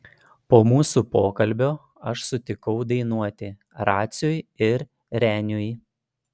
po mūsų pokalbio aš sutikau dainuoti raciui ir reniui